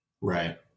Right